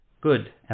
good